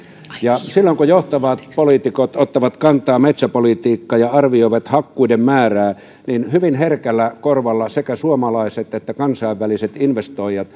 silloin kun johtavat poliitikot ottavat kantaa metsäpolitiikkaan ja arvioivat hakkuiden määrää niin hyvin herkällä korvalla sekä suomalaiset että kansainväliset investoijat